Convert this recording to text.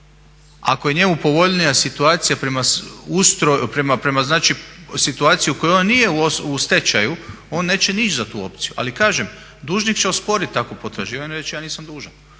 Ako je njemu povoljnija situacija prema znači situaciji u kojoj on nije u stečaju on neće ni ići za tu opciju. Ali kažem, dužnik će osporiti takvo potraživanje i reći ja nisam dužan.